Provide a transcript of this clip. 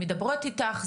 מדברות איתך,